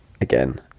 again